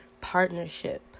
partnership